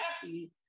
happy